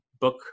book